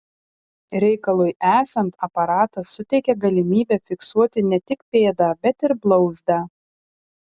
reikalui esant aparatas suteikia galimybę fiksuoti ne tik pėdą bet ir blauzdą